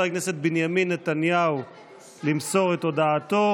הכנסת בנימין נתניהו למסור את הודעתו.